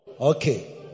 Okay